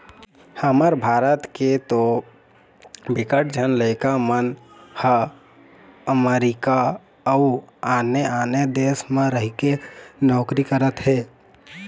हमर भारत के तो बिकट झन लइका मन ह अमरीका अउ आने आने देस म रहिके नौकरी करत हे